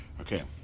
Okay